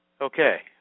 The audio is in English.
Okay